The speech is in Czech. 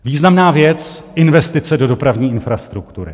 Významná věc investice do dopravní infrastruktury.